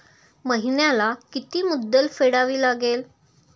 महिन्याला किती मुद्दल फेडावी लागेल?